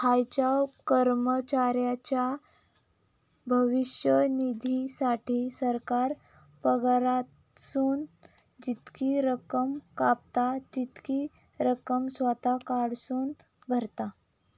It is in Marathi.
खायच्याव कर्मचाऱ्याच्या भविष्य निधीसाठी, सरकार पगारातसून जितकी रक्कम कापता, तितकीच रक्कम स्वतः कडसून भरता